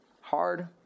hard